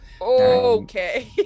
Okay